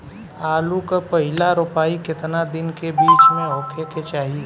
आलू क पहिला रोपाई केतना दिन के बिच में होखे के चाही?